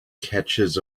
catches